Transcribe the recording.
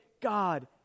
God